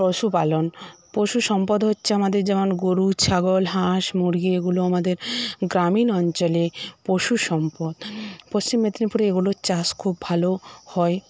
পশুপালন পশু সম্পদ হচ্ছে আমাদের যেমন গরু ছাগল হাস মুরগি এগুলো আমাদের গ্রামীণ অঞ্চলে পশুসম্পদ পশ্চিম মেদিনীপুরে এগুলোর চাষ খুব ভালো হয়